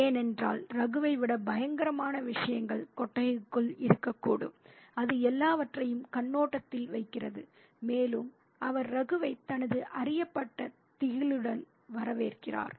ஏனென்றால் ரகுவை விட பயங்கரமான விஷயங்கள் கொட்டகைக்குள் இருக்கக்கூடும் அது எல்லாவற்றையும் கண்ணோட்டத்தில் வைக்கிறது மேலும் அவர் ரகுவை தனது அறியப்பட்ட திகிலுடன் வரவேற்கிறார்